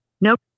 nope